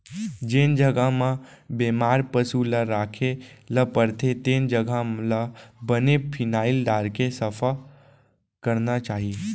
जेन जघा म बेमार पसु ल राखे ल परथे तेन जघा ल बने फिनाइल डारके सफा करना चाही